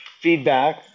feedback